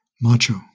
Macho